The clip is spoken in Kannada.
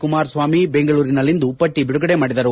ಕುಮಾರಸ್ವಾಮಿ ಬೆಂಗಳೂರಿಲ್ಲಿಂದು ಪಟ್ಟಿ ಬಿಡುಗಡೆ ಮಾಡಿದರು